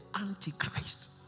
Antichrist